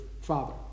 father